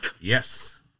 Yes